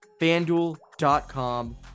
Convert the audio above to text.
FanDuel.com